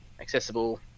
accessible